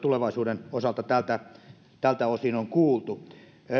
tulevaisuuden osalta tältä osin on kuultu